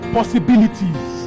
Possibilities